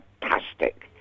fantastic